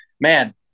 man